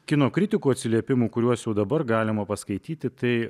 kino kritikų atsiliepimų kuriuos jau dabar galima paskaityti tai